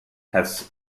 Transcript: has